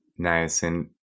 niacin